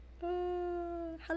Hello